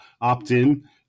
opt-in